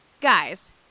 guys